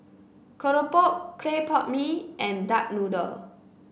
Keropok Clay Pot Mee and Duck Noodle